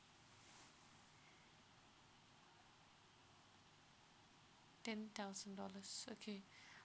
ten thousand dollars okay